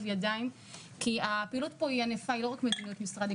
ידיים כי הפעילות ענפה היא לא רק במדיניות משרד,